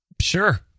sure